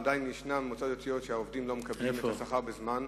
עדיין יש מועצות דתיות שהעובדים שלהן לא מקבלים שכר בזמן?